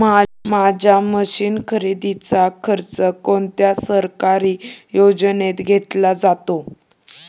माझ्या मशीन खरेदीचा खर्च कोणत्या सरकारी योजनेत घेतला जातो?